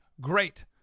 Great